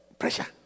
pressure